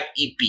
EP